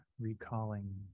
recalling